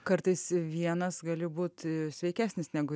kartais ir vienas gali būti sveikesnis negu